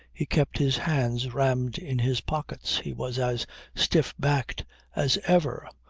he kept his hands rammed in his pockets, he was as stiff-backed as ever,